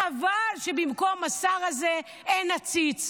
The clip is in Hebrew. חבל שבמקום השר הזה אין עציץ,